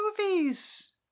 movie's